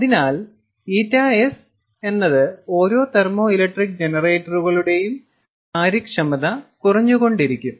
അതിനാൽ ƞs ഓരോ thermo electric ജനറേറ്ററുകളുടെയും വ്യക്തിഗത കാര്യക്ഷമത കുറഞ്ഞുകൊണ്ടിരിക്കും